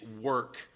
work